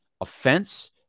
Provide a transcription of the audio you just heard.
offense